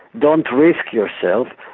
don't risk yourself,